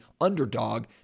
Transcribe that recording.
underdog